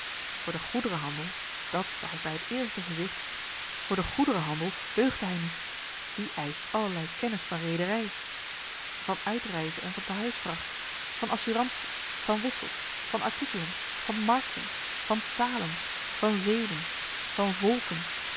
voor den goederen handel dat zag ik bij het eerste gezigt voor den goederen handel deugde hij niet die eischt allerlei kennis van reederij van uitreize en van tehuisvracht van assurantie van wissels van artikelen van markten van talen van zeden van volken